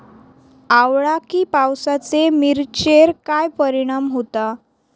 अवकाळी पावसाचे मिरचेर काय परिणाम होता?